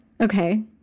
Okay